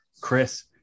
Chris